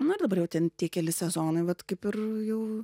nu ir dabar jau ten tik keli sezonai vat kaip ir jau